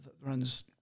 runs